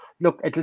look